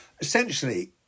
essentially